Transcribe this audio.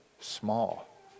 small